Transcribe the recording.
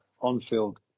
on-field